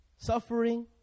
suffering